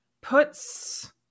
puts